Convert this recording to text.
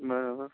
બરાબર